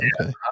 okay